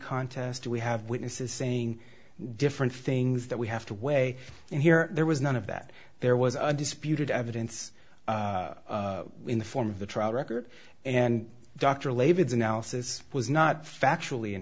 contest we have witnesses saying different things that we have to weigh in here there was none of that there was a disputed evidence in the form of the trial record and dr lave its analysis was not factual